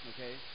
Okay